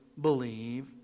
believe